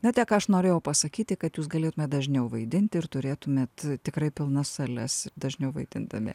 na tiek aš norėjau pasakyti kad jūs galėtumėt dažniau vaidinti ir turėtumėt tikrai pilnas sales dažniau vaidindami